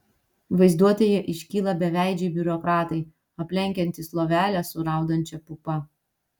vaizduotėje iškyla beveidžiai biurokratai aplenkiantys lovelę su raudančia pupa